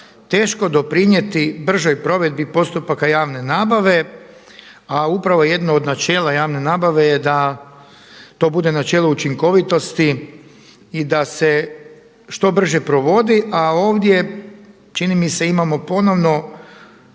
teško doprinijeti bržoj provedbi postupaka javne nabave a upravo jedno od načela javne nabave je da to bude načelo učinkovitosti i da se što brže provodi a ovdje čini mi se imamo ponovno